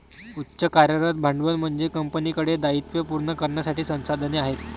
उच्च कार्यरत भांडवल म्हणजे कंपनीकडे दायित्वे पूर्ण करण्यासाठी संसाधने आहेत